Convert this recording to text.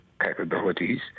capabilities